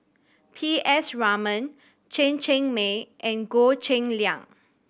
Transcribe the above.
P S Raman Chen Cheng Mei and Goh Cheng Liang